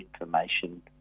information